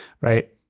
right